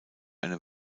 eine